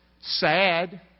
Sad